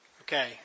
Okay